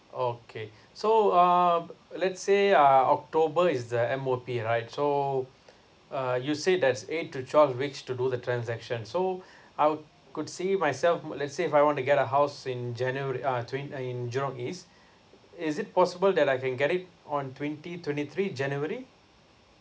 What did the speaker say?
okay so um let's say uh october is the M_O_P right so uh you said there's eight to twelve weeks to do the transaction so I could see myself let's say if I wanna get a house in january uh twenty in jurong east is it possible that I can get it on twenty twenty three january